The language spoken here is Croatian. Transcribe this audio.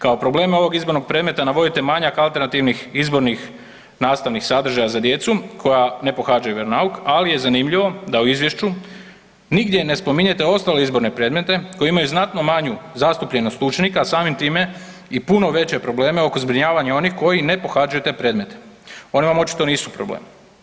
Kao probleme ovog izbornog predmeta navodite manjak alternativnih izbornih nastavnih sadržaja za djecu koja ne pohađaju vjeronauk, ali je zanimljivo da i izvješću nigdje ne spominjete ostale izborne predmete koji imaju znatno manju zastupljenost učenika, a samim time i puno veće probleme oko zbrinjavanja onih koji ne pohađaju te predmete, oni vam očito nisu problem.